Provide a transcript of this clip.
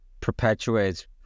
perpetuates